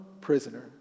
prisoner